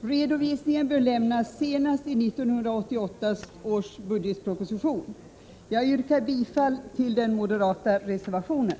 Redovisningen bör lämnas senast i 1988 års budgetproposition. Jag yrkar bifall till den moderata reservationen.